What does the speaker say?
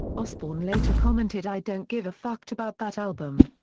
osbourne later commented i don't give a fuck about that album.